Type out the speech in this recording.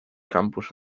campus